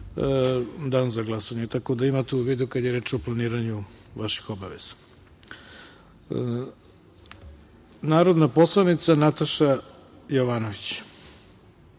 dan za glasanje, tako da imate u vidu kad je reč o planiranju vaših obaveza. Reč ima narodna poslanica Nataša Jovanović.